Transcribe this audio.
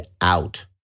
out